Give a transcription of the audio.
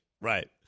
Right